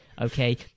Okay